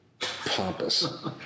pompous